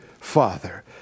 Father